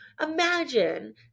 imagine